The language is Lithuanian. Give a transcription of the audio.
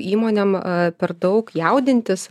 įmonėm a per daug jaudintis